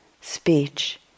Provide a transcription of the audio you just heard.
speech